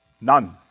None